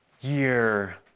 year